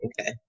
okay